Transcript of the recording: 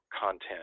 content